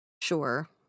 Sure